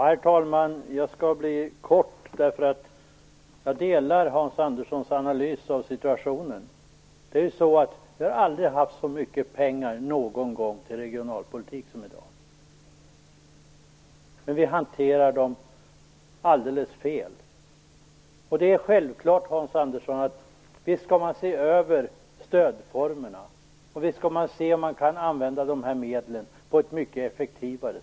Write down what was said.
Herr talman! Jag delar Hans Anderssons analys av situationen. Vi har aldrig någonsin haft så mycket pengar till regionalpolitik som vi i dag har, men vi hanterar pengarna alldeles fel. Det är självklart, Hans Andersson, att stödformerna skall ses över. Och visst skall man se om det går att använda medlen mycket effektivare.